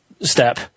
step